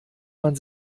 man